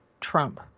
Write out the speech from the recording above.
Trump